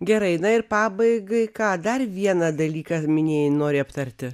gerai na ir pabaigai ką dar vieną dalyką minėjai nori aptarti